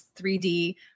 3D